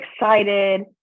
excited